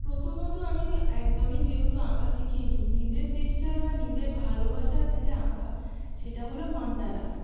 প্রথমত আমি একদমই যেহেতু আঁকা শিখি নি নিজের চেষ্টায় বা নিজের ভালোবাসার যেটা আঁকা সেটা হলো মান্ডালা আর্ট